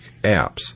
apps